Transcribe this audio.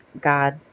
God